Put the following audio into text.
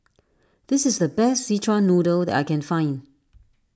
this is the best Szechuan Noodle that I can find